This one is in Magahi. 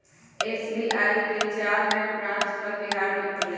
एस.बी.आई के चार नए ब्रांच कल बिहार में खुलय